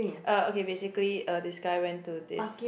uh okay basically uh this guy went to this